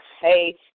hey